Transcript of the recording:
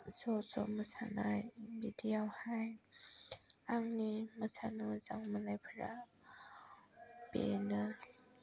ज' ज' मोसानाय बिदियावहाय आंनि मोसानो मोजां मोननायफोरा बेनो